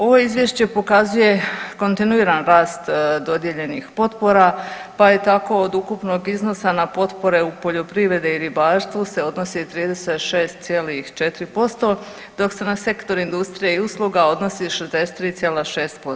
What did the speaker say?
Ovo izvješće pokazuje kontinuiran rast dodijeljenih potpora pa je tako od ukupnog iznosa na potpore u poljoprivredi i ribarstvu se odnosi 36,4% dok se na sektoru industrije i usluga odnosi 63,6%